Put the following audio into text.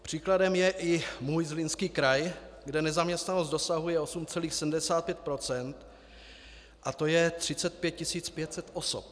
Příkladem je i můj Zlínský kraj, kde nezaměstnanost dosahuje 8,75 %, to je 35 500 osob.